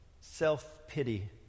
self-pity